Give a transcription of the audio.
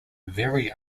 very